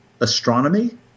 astronomy